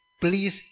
please